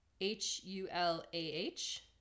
H-U-L-A-H